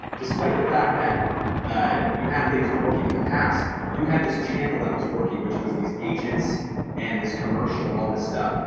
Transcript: despite the fact that you had things working in the past, you had this channel that was working which was these agents and this commercial and all this stuff,